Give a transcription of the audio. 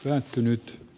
pettynyt